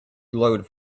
glowed